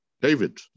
David